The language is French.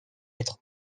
être